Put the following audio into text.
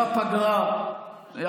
בפגרה, בפגרה.